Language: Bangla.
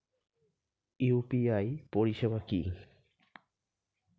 ইউ.পি.আই পরিষেবা কি?